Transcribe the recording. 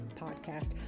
podcast